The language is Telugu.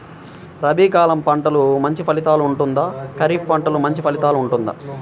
రబీ కాలం పంటలు మంచి ఫలితాలు ఉంటుందా? ఖరీఫ్ పంటలు మంచి ఫలితాలు ఉంటుందా?